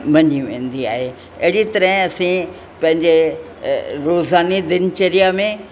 मञी वेंदी आहे अहिड़ीअ तरह असां पंहिंजे रोज़ाने दिनचर्या में